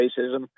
racism